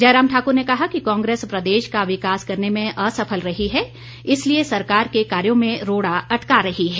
जयराम ठाकुर ने कहा कि कांग्रेस प्रदेश का विकास करने में असफल रही है इसलिए सरकार के कार्यों में रोड़ा अटका रही है